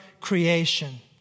creation